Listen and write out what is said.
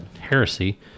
heresy